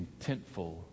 contentful